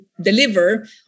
deliver